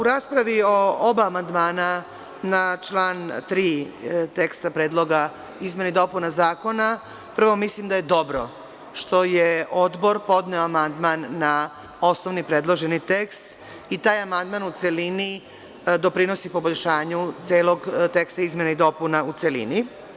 U raspravi o oba amandmana na član 3. teksta predloga, izmena i dopuna zakona, prvo mislim da je dobro što je Odbor podneo amandman na osnovni predloženi tekst i taj amandman u celini doprinosi poboljšanju celog teksta izmena i dopuna u celini.